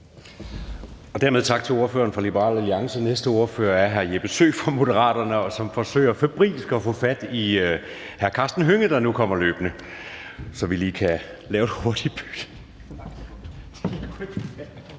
Dermed tak til ordføreren for Liberal Alliance. Næste ordfører er mig, hr. Jeppe Søe fra Moderaterne, som febrilsk forsøger at få fat i hr. Karsten Hønge, der nu kommer løbende, så vi lige kan lave et hurtigt bytte.